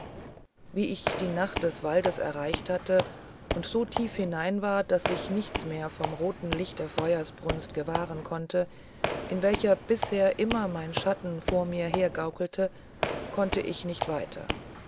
wie ich die nacht des waldes erreicht hatte und so tief hinein war daß ich nichts mehr vom roten licht der feuersbrunst gewahren konnte in welcher bisher immer mein schatten vor mir hergaukelte konnte ich nicht weiter